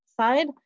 side